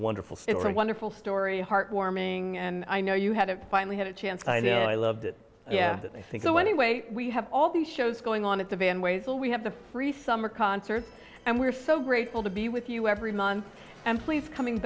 wonderful wonderful story heartwarming and i know you had it finally had a chance i know i loved it yeah i think so anyway we have all these shows going on at the van ways will we have the free summer concerts and we're so grateful to be with you every month and please coming